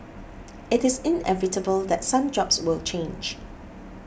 it is inevitable that some jobs will change